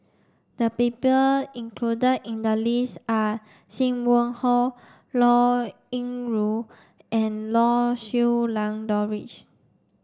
the people included in the list are Sim Wong Hoo Liao Yingru and Lau Siew Lang Doris